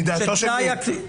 מדעתו של מי?